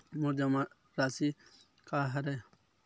मोर जमा राशि का हरय?